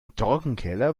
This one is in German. trockenkeller